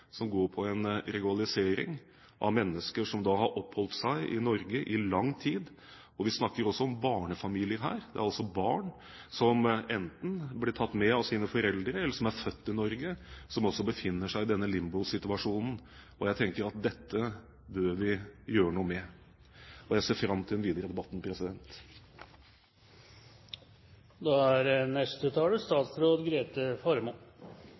som går på en regularisering av mennesker som da hadde oppholdt seg i Norge i lang tid. Vi snakker også om barnefamilier her. Det er altså barn som enten er blitt tatt med av sine foreldre, eller som er født i Norge, som befinner seg i denne limbosituasjonen. Jeg tenker at dette bør vi gjøre noe med, og jeg ser fram til den videre debatten.